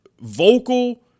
vocal